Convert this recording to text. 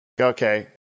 Okay